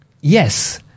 Yes